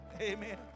Amen